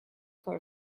core